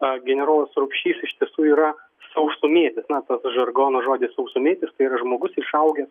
a generolas rupšys iš tiesų yra sausumietis na žargono žodis sausumietis tai yra žmogus išaugęs